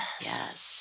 Yes